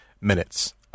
minutes